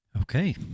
Okay